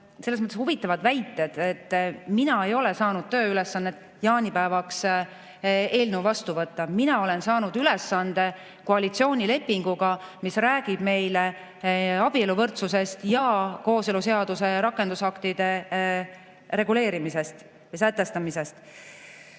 selles mõttes huvitavad väited, et mina ei ole saanud tööülesannet jaanipäevaks eelnõu vastu võtta. Mina olen saanud ülesande koalitsioonilepinguga, mis räägib meile abieluvõrdsusest ja kooseluseaduse rakendusaktidega reguleerimisest, selle sätestamisest.